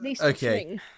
Okay